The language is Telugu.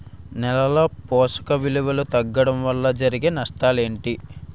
నేలలో పోషక విలువలు తగ్గడం వల్ల జరిగే నష్టాలేంటి?